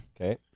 Okay